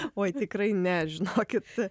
oi tikrai ne žinokit